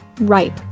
ripe